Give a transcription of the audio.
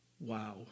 Wow